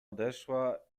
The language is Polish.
odeszła